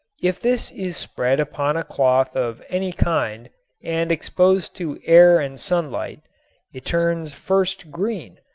if this is spread upon cloth of any kind and exposed to air and sunlight it turns first green,